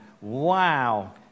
Wow